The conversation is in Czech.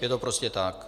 Je to prostě tak.